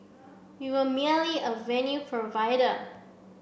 we were merely a venue provider